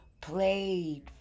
played